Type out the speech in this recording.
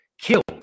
killed